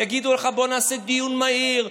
יגידו לך: בוא נעשה דיון מהיר.